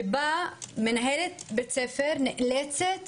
שבה מנהלת בית-ספר נאלצת